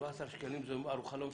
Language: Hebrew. ו-17 שקלים זאת ארוחה לא מסובסדת.